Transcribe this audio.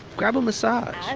grab a massage.